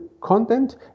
content